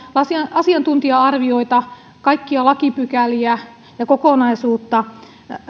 asiantuntija arvioita kaikkia lakipykäliä ja kokonaisuutta